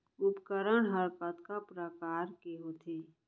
उपकरण हा कतका प्रकार के होथे?